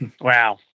wow